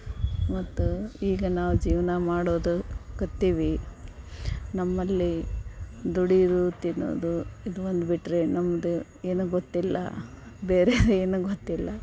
ಮತ್ತು ಈಗ ನಾವು ಜೀವನ ಮಾಡೋದು ಕತ್ತೀವಿ ನಮ್ಮಲ್ಲಿ ದುಡಿದು ತಿನ್ನೋದು ಇದು ಒಂದು ಬಿಟ್ಟರೆ ನಮ್ದು ಏನೂ ಗೊತ್ತಿಲ್ಲ ಬೇರೆದು ಏನೂ ಗೊತ್ತಿಲ್ಲ